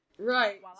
Right